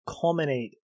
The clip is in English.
culminate